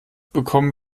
bekommen